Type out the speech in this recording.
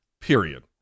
period